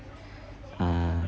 uh